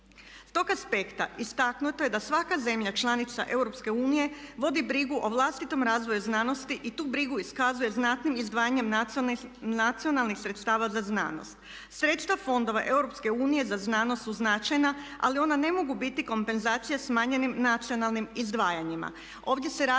S tog aspekta istaknuto je da svaka zemlja članica EU vodi brigu o vlastitom razvoju znanosti i tu brigu iskazuje znatnim izdvajanjem nacionalnih sredstava za znanost. Sredstva fondova EU za znanost su značajna, ali ona ne mogu biti kompenzacija smanjenim nacionalnim izdvajanjima.